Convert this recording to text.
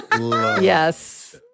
yes